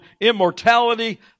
immortality